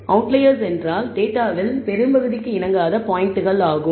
outliers என்றால் டேட்டாவின் பெரும்பகுதிக்கு இணங்காத பாயிண்டுகள் ஆகும்